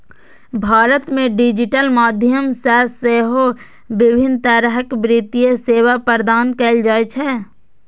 भारत मे डिजिटल माध्यम सं सेहो विभिन्न तरहक वित्तीय सेवा प्रदान कैल जाइ छै